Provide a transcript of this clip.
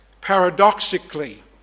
paradoxically